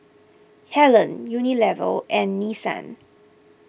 Helen Unilever and Nissan